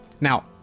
Now